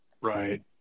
Right